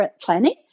planning